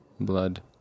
blood